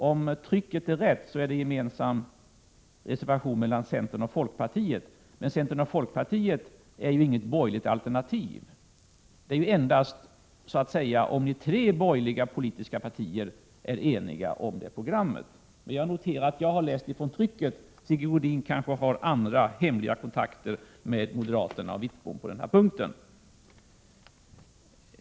Om trycket är riktigt, finns det en gemensam reservation från centern och folkpartiet, men centern och folkpartiet utgör inget borgerligt alternativ. Det är endast om alla de tre borgerliga partierna är eniga om programmet som det finns ett borgerligt alternativ. Jag noterar att jag har läst trycket, men Sigge Godin kanske har andra, hemliga kontakter med moderaterna på den här punkten.